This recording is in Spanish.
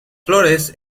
flores